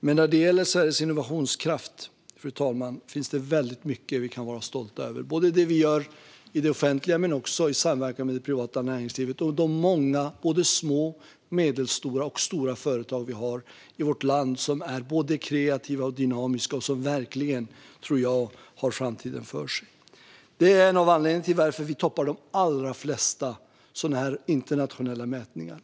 Men när det gäller Sveriges innovationskraft, fru talman, finns det väldigt mycket vi kan vara stolta över, både det vi gör i det offentliga och det vi gör i samverkan med det privata näringslivet och de många små, medelstora och stora företag vi har i vårt land som är kreativa och dynamiska och som jag tror verkligen har framtiden för sig. Detta är en av anledningarna till att vi toppar de allra flesta sådana här internationella mätningar.